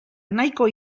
nahiko